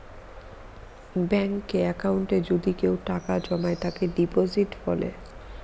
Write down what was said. ব্যাঙ্কে একাউন্টে যদি কেউ টাকা জমায় তাকে ডিপোজিট বলে